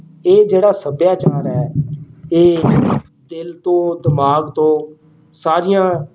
ਇਹ ਜਿਹੜਾ ਸੱਭਿਆਚਾਰ ਹੈ ਇਹ ਦਿਲ ਤੋਂ ਦਿਮਾਗ ਤੋਂ ਸਾਰੀਆਂ